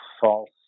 false